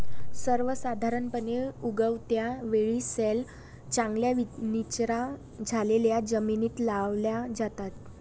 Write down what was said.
सर्वसाधारणपणे, उगवत्या वेली सैल, चांगल्या निचरा झालेल्या जमिनीत लावल्या जातात